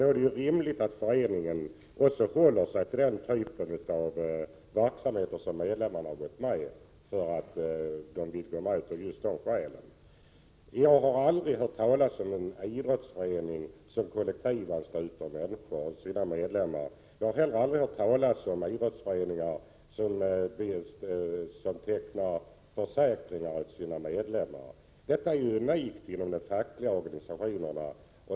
Då är det rimligt att föreningen också håller sig till den verksamhet som är skälet till att människor blivit medlemmar. Jag har aldrig hört talas om någon idrottsförening som kollektivansluter sina medlemmar. Jag har heller aldrig hört talas om idrottsföreningar som tecknar försäkringar åt sina medlemmar, utan det är unikt för de fackliga organisationerna.